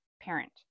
parent